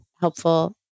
helpful